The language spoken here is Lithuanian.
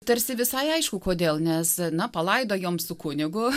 tarsi visai aišku kodėl nes na palaidojom su kunigu